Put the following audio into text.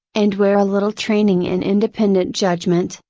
and where a little training in independent judgment,